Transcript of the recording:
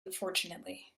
unfortunately